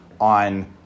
on